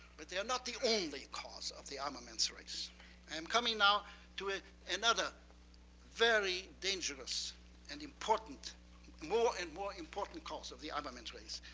but they are not the only cause of the armaments race. i am coming now to another very dangerous and important more and more important cause of the armaments race.